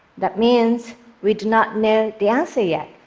that means we do not know the answer yet,